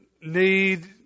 need